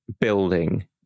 building